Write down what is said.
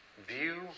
view